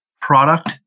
product